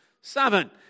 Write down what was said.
seven